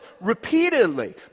repeatedly